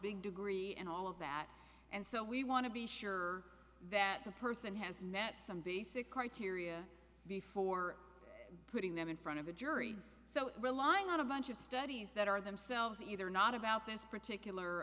big degree and all of that and so we want to be sure that the person has met some basic criteria before putting them in front of a jury so relying on a bunch of studies that are themselves either not about this